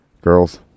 Girls